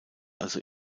also